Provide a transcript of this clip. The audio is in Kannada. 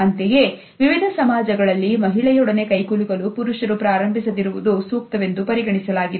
ಅಂತೆಯೇ ವಿವಿಧ ಸಮಾಜಗಳಲ್ಲಿ ಮಹಿಳೆಯೊಡನೆ ಕೈಕುಲುಕಲು ಪುರುಷರು ಪ್ರಾರಂಭಿಸ ದಿರುವುದು ಸೂಕ್ತವೆಂದು ಪರಿಗಣಿಸಲಾಗಿದೆ